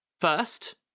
First